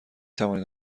توانید